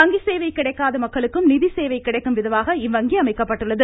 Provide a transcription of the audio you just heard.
வங்கி சேவை கிடைக்காத மக்களுக்கும் நிதி சேவை கிடைக்கும் விதமாக இவ்வங்கி அமைக்கப்பட்டுள்ளது